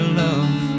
love